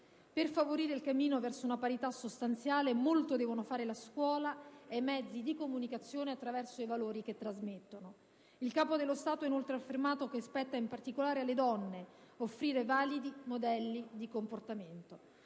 Per favorire il cammino verso una parità sostanziale, molto devono fare la scuola e i mezzi di comunicazione attraverso i valori che trasmettono». Il Capo dello Stato ha inoltre affermato che spetta in particolare alle donne «offrire validi modelli di comportamento.